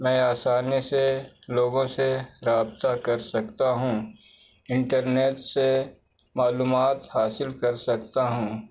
میں آسانی سے لوگوں سے رابطہ کر سکتا ہوں انٹرنیٹ سے معلومات حاصل کر سکتا ہوں